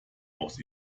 aus